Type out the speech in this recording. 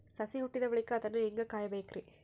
ಸಸಿ ಹುಟ್ಟಿದ ಬಳಿಕ ಅದನ್ನು ಹೇಂಗ ಕಾಯಬೇಕಿರಿ?